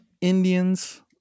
Indians